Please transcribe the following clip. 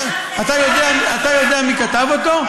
אתה יודע מי כתב אותו?